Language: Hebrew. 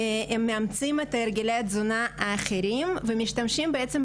הם מאמצים את הרגלי התזונה האחרים ומשתמשים בעצם,